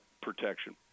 protection